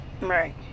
Right